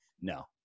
No